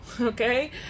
Okay